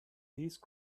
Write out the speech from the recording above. these